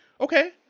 okay